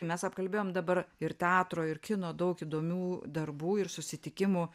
mes apkalbėjom dabar ir teatro ir kino daug įdomių darbų ir susitikimų